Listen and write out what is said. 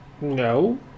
No